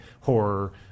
horror